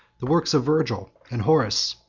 the works of virgil and horace,